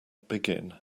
begin